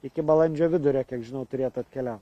iki balandžio vidurio kiek žinau turėtų atkeliaut